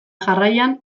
jarraian